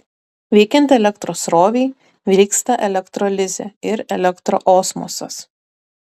veikiant elektros srovei vyksta elektrolizė ir elektroosmosas